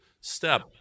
step